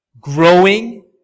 growing